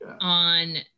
on